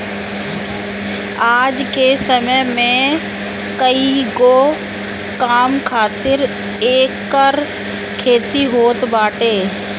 आज के समय में कईगो काम खातिर एकर खेती होत बाटे